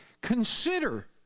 consider